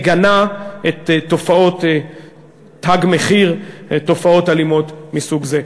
מגנה את תופעות "תג מחיר" ותופעות אלימות מסוג זה.